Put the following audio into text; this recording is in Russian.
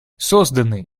созданы